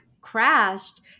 crashed